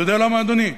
אתה יודע למה, אדוני?